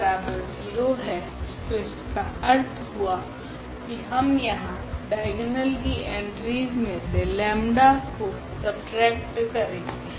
तो इसका अर्थ हुआ की हम यहाँ डाइगोनल की एंट्रीस मे से लेम्डा 𝜆 को सबट्रेक्ट करेगे